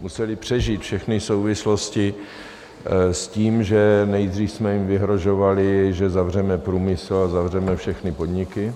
Museli přežít všechny souvislosti s tím, že nejdříve jsme jim vyhrožovali, že zavřeme průmysl a zavřeme všechny podniky.